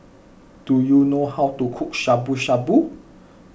do you know how to cook Shabu Shabu